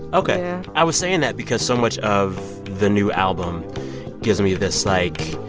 ok yeah i was saying that because so much of the new album gives me this, like,